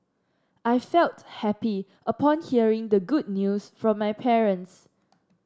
I felt happy upon hearing the good news from my parents